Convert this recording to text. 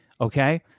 Okay